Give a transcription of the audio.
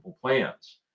plans